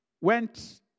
went